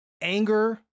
anger